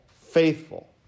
faithful